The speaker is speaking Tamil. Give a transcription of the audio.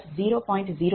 00008X 181